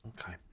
Okay